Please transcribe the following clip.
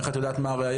איך את יודעת מה הראיות?